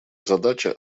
задача